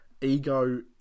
Ego